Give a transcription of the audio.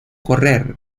correr